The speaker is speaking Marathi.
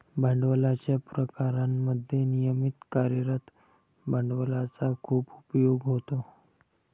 भांडवलाच्या प्रकारांमध्ये नियमित कार्यरत भांडवलाचा खूप उपयोग होतो